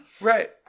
Right